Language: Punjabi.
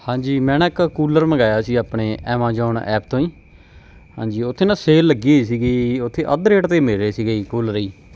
ਹਾਂਜੀ ਮੈਂ ਨਾ ਇੱਕ ਕੂਲਰ ਮੰਗਵਾਇਆ ਸੀ ਆਪਣੇ ਐਮਾਜੋਨ ਐਪ ਤੋਂ ਜੀ ਹਾਂਜੀ ਉੱਥੇ ਨਾ ਸੇਲ ਲੱਗੀ ਹੋਈ ਸੀਗੀ ਉੱਥੇ ਅੱਧ ਰੇਟ 'ਤੇ ਮਿਲ ਰਹੇ ਸੀਗੇ ਜੀ ਕੂਲਰ ਜੀ